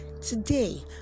today